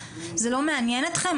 זה לא מעניין אתכם?